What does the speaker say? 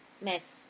mess